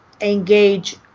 engage